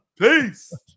Peace